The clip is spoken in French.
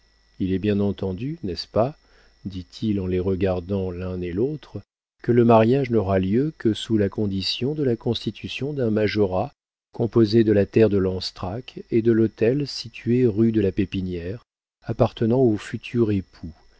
il est bien entendu n'est-ce pas dit-il en les regardant l'un et l'autre que le mariage n'aura lieu que sous la condition de la constitution d'un majorat composé de la terre de lanstrac et de l'hôtel situé rue de la pépinière appartenant au futur époux